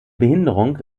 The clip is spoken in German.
behinderung